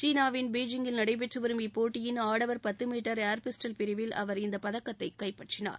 சீனாவின் பெய்ஜிங்கில் நடைபெற்று வரும் இப்போட்டியின் ஆடவர் பத்து மீட்டர் ஏர் பிஸ்டல் பிரிவில் அவர் இந்தப் பதக்கத்தை கைப்பற்றினார்